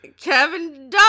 Kevin